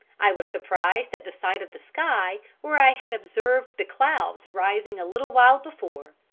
i was surprised at the sight of the sky where i had observed the clouds rising a little while before,